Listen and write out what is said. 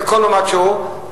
בכל ממד שהוא,